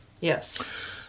Yes